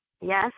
Yes